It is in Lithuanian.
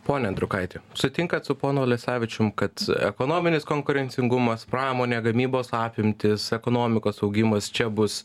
pone andriukaiti sutinkat su ponu alesevičium kad ekonominis konkurencingumas pramonė gamybos apimtys ekonomikos augimas čia bus